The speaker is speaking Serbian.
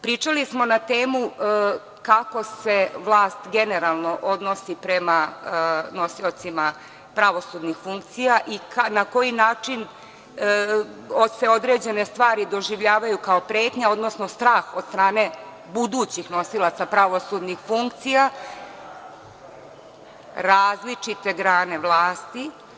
Pričali smo na temu kako se vlast generalno odnosi prema nosiocima pravosudnih funkcija i na koji način se određene stvari doživljavaju kao pretnja, odnosno strah od strane budućih nosioca pravosudnih funkcija, različite grane vlasti.